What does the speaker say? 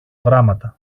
γράμματα